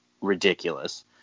ridiculous